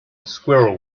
squirrel